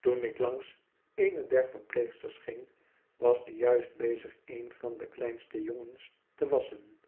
toen ik langs eene der verpleegsters ging was die juist bezig een van de kleinste jongens te wasschen